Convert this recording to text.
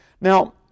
Now